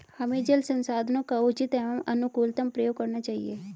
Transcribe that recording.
हमें जल संसाधनों का उचित एवं अनुकूलतम प्रयोग करना चाहिए